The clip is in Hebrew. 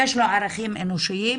יש לו ערכים אנושיים,